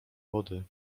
wody